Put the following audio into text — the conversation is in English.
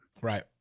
Right